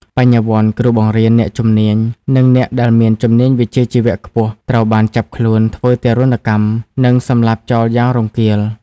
បញ្ញវន្ត គ្រូបង្រៀន អ្នកជំនាញ និងអ្នកដែលមានជំនាញវិជ្ជាជីវៈខ្ពស់ត្រូវបានចាប់ខ្លួន ធ្វើទារុណកម្ម និងសម្លាប់ចោលយ៉ាងរង្គាល។